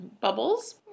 Bubbles